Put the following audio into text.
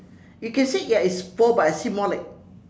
you can said ya it's four but I see more like